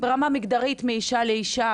ברמה המגדרית מאישה לאישה,